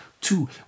Two